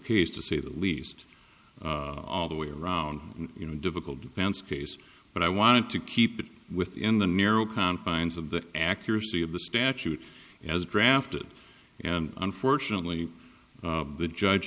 case to say the least all the way around you know difficult defense case but i wanted to keep it within the narrow confines of the accuracy of the statute as drafted and unfortunately the judge